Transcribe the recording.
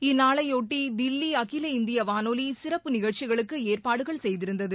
இந்நாளையொட்டி தில்லி அகில இந்திய வானொலி சிறப்பு நிகழ்ச்சிகளுக்கு ஏற்பாடுகள் செய்திருந்தது